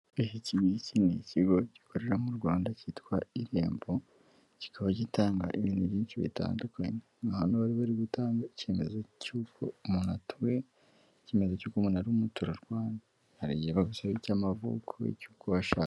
Iki ngiki ni ikigo gikorera mu Rwanda cyitwa Irembo, kikaba gitanga ibintu byinshi bitandukanye. Nka hano bari bari gutanga icyemezo cy'uko umuntu atuye, icyemezo cy'uko umuntu ari umuturarwanda. Hari igihe bagusaba icy'amavuko, icy'uko washatse